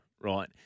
right